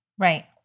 Right